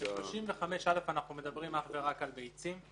בסעיף 35(א) אנחנו מדברים אך ורק על ביצים.